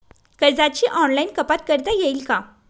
कर्जाची ऑनलाईन कपात करता येईल का?